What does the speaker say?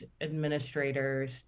administrators